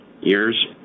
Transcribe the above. years